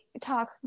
talk